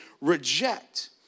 reject